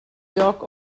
lloc